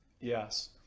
Yes